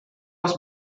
was